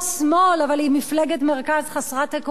אבל היא מפלגת מרכז חסרת עקרונות,